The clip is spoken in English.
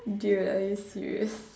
dude are you serious